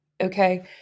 okay